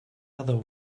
other